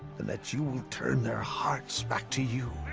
and that you will turn their hearts back to you.